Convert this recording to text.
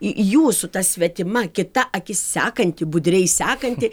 į jūsų ta svetima kita akis sekanti budriai sekanti